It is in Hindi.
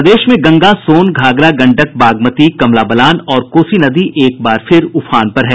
प्रदेश में गंगा सोन घाघरा गंडक बागमती कमला बलान और कोसी नदी एक बार फिर उफान पर है